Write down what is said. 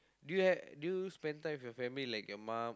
do you have do you spend time with your family like your mum